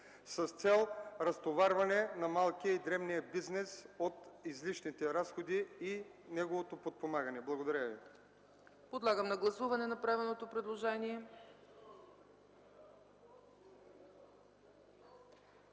с цел разтоварване на малкия и средния бизнес от излишните разходи и неговото подпомагане. Благодаря Ви. ПРЕДСЕДАТЕЛ ЦЕЦКА ЦАЧЕВА: Подлагам на гласуване направеното предложение.